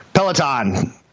Peloton